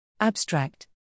Abstract